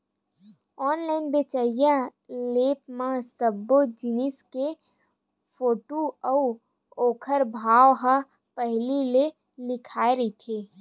online बेचइया app म सब्बो जिनिस के फोटू अउ ओखर भाव ह पहिली ले लिखाए रहिथे